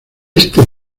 este